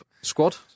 squad